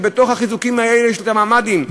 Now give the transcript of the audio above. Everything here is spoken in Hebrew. ובתוך החיזוקים האלה יש את הממ"דים,